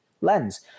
lens